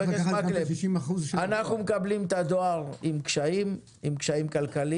אנחנו מקבלים את הדואר עם קשיים כלכליים,